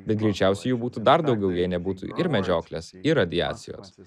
bet greičiausiai jų būtų dar daugiau jei nebūtų ir medžioklės ir radiacijos